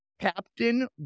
captain